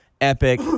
epic